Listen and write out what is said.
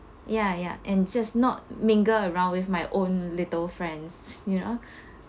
ya ya and just not mingle around with my own little friends you know